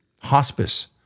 Hospice